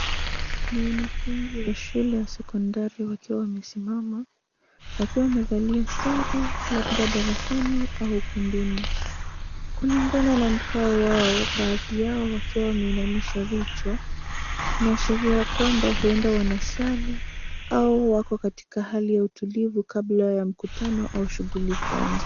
Ni wanafunzi wa shule ya sekondari wakiwa wamesimama, wakiwa wamevalia sare labda darasani au ukumbini. Kulingana na mkao wao, baadhi yao wakiwa wameinamisha vichwa, inaashiria ya kwamba huenda wanasali, au wako katika hali ya utulivu kabla ya mkutano au shughuli kuanza.